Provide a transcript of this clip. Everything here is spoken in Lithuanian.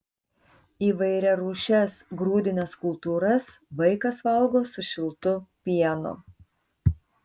įvairiarūšes grūdines kultūras vaikas valgo su šiltu pienu